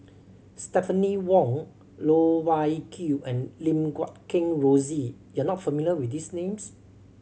Stephanie Wong Loh Wai Kiew and Lim Guat Kheng Rosie you are not familiar with these names